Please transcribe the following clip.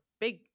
big